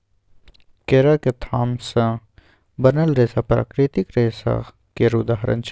केराक थाम सँ बनल रेशा प्राकृतिक रेशा केर उदाहरण छै